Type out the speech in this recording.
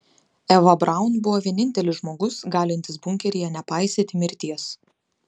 eva braun buvo vienintelis žmogus galintis bunkeryje nepaisyti mirties